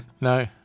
No